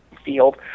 field